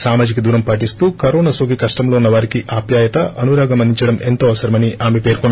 సామాజిక దూరం పాటిస్తూ కరోనా నోకి కష్ణంలో వున్న వారికి ఆప్యాయత అనురాగం అందించడం ఎంతో అవసరమని ఆమె పేర్కొన్నారు